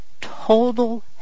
total